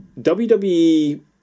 WWE